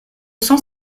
cent